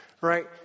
right